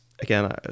Again